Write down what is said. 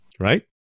Right